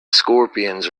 scorpions